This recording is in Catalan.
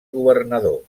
governador